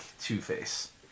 Two-Face